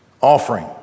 offering